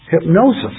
hypnosis